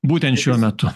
būtent šiuo metu